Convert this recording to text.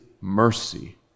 mercy